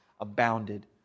abounded